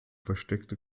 versteckte